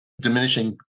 diminishing